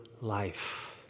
life